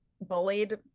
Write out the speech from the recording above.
bullied